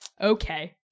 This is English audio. okay